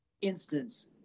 instance